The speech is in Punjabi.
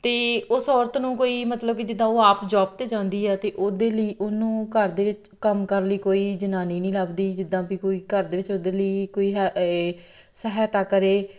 ਅਤੇ ਉਸ ਔਰਤ ਨੂੰ ਕੋਈ ਮਤਲਬ ਕਿ ਜਿੱਦਾਂ ਉਹ ਆਪ ਜੋਬ 'ਤੇ ਜਾਂਦੀ ਹੈ ਅਤੇ ਉਹਦੇ ਲਈ ਉਹਨੂੰ ਘਰ ਦੇ ਵਿੱਚ ਕੰਮ ਕਰਨ ਲਈ ਕੋਈ ਜਨਾਨੀ ਨਹੀਂ ਲੱਭਦੀ ਜਿੱਦਾਂ ਵੀ ਕੋਈ ਘਰ ਦੇ ਵਿੱਚ ਉਹਦੇ ਲਈ ਕੋਈ ਹੈ ਇਹ ਸਹਾਇਤਾ ਕਰੇ